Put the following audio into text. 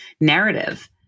narrative